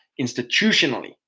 institutionally